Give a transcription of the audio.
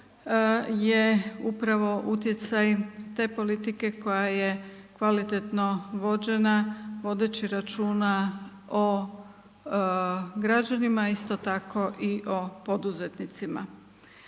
je upravo utjecaj te politike koja je kvalitetno vođena vodeći računa o građanima, isto tako o poduzetnicima.